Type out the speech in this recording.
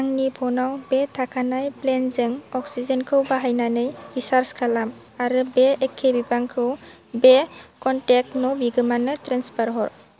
आंनि फनाव बे थाखानाय प्लेनजों अक्सिजेनखौ बाहायनानै रिचर्ज खालाम आरो बे एखे बिबांखौ बे कनटेक्ट न' बिगोमानो ट्रेन्सफार हर